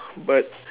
but